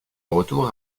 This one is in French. retour